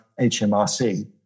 HMRC